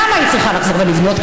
למה היא צריכה לחזור ולבנות?